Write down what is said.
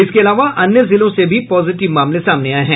इसके अलावा अन्य जिलों से भी पॉजिटिव मामले सामने आये हैं